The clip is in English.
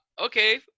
Okay